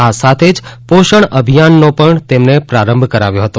આ સાથે જ પોષણ અભિયાનનો પણ તેમણે પ્રારંભ કરાવ્યો હતો